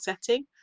setting